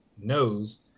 knows